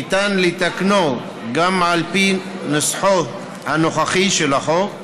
ניתן לתקנו גם על פי נוסחו הנוכחי של החוק,